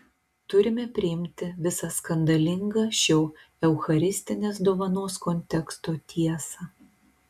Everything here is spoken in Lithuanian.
turime priimti visą skandalingą šio eucharistinės dovanos konteksto tiesą